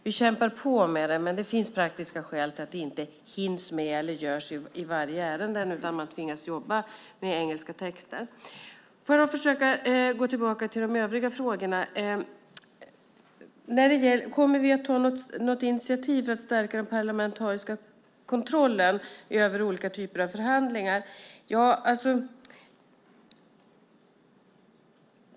Vi kämpar på med det, men det finns praktiska skäl till att det inte hinns med eller görs i varje ärende utan att man tvingas jobba med engelska texter. Jag ska försöka att gå tillbaka till de övriga frågorna. Kommer vi att ta något initiativ för att stärka den parlamentariska kontrollen över olika typer av förhandlingar?